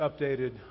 updated